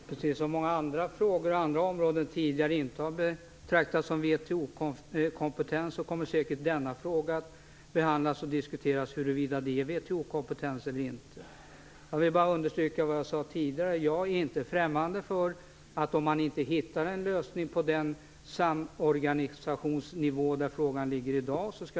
Herr talman! Precis som många andra frågor och områden tidigare inte har betraktats som WTO kompetens kommer man säkert att diskutera huruvida denna fråga är WTO-kompetens eller inte. Jag vill bara understryka vad jag sade tidigare: Jag är inte främmande för att frågan åter lyfts upp på WTO-nivå om man inte hittar en lösning på den samorganisationsnivå där den ligger i dag.